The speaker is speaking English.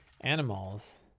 animals